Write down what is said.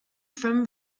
from